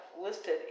listed